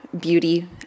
beauty